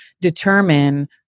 determine